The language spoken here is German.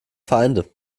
feinde